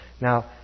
Now